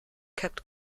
kept